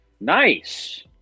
Nice